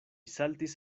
saltis